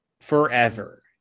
forever